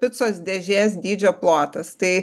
picos dėžės dydžio plotas tai